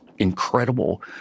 incredible